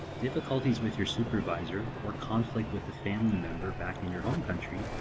difficulties with your supervisor, or conflict with a family member back in your home country,